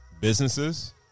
businesses